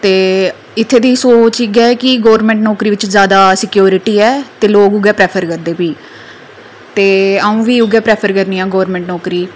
ते इत्थें दी सोच इ'यै कि गौरमैंट नौकरी बिच्च ज्यादा सिक्योरटी ऐ ते लोग उ'ऐ प्रैफर करदे फ्ही ते अ'ऊं बी उ'ऐ प्रैफर करनी आं गौरमैंट नौकरी